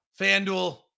FanDuel